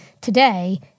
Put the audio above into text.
today